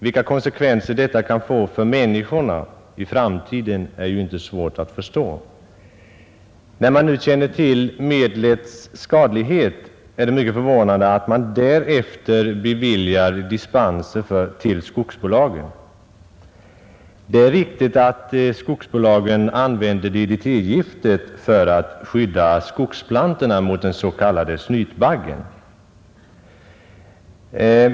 Vilka konsekvenser detta kan få för människorna i framtiden är inte svårt att förstå. När man nu känner till medlets skadlighet är det mycket förvånande att det beviljas dispenser till skogsbolagen. Det är riktigt att skogsbolagen använder DDT-giftet för att skydda skogsplantorna mot den s.k. snytbaggen.